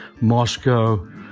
Moscow